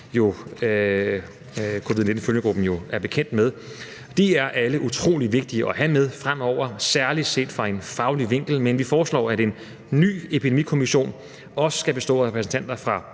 som covid-19-følgegruppen jo er bekendt med. De er alle utrolig vigtige at have med fremover, særlig set fra en faglig vinkel, men vi foreslår, at en ny epidemikommission også skal bestå af repræsentanter fra